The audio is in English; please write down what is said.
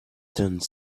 done